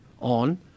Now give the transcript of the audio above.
on